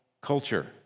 culture